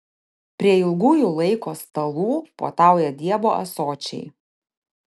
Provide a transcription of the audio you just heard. prie ilgųjų laiko stalų puotauja dievo ąsočiai